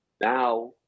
now